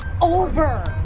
over